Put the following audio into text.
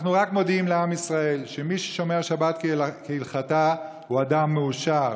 אנחנו רק מודיעים לעם ישראל שמי ששומר שבת כהלכתה הוא אדם מאושר.